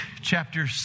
chapter